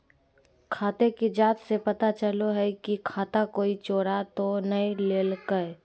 खाते की जाँच से पता चलो हइ की खाता कोई चोरा तो नय लेलकय